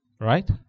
Right